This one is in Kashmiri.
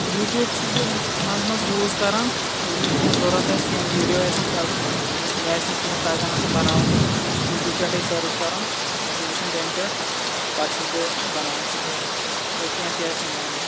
یوٹِیوب چھُس بہٕ مَنٛزٕ مَنٛزٕ یوز کَران ییٚلہِ مےٚ کیٚنٛہہ ضرورَت آسہِ کیٚنٛہہ وِیڈیو آسیٚم کَڑن مےٚ آسہِ نہٕ کیٚنٛہہ تَگان بَناوُن بہٕ چھُس یوٹِیوب پٮ۪ٹھَے سٔرٕچ کَران پَتہٕ چھُس وُچھان تمہِ پؠٹھ پَتہ چھُس بہٕ بَناوان سُہ گَرِ اَگَرے کیٚنٛہہ تہِ آسہِ مےٚ بَناوُن